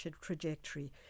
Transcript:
trajectory